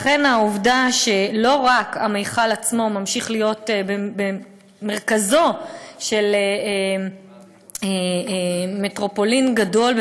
לכן העובדה שלא רק המכל עצמו ממשיך להיות במרכזו של מטרופולין גדולה,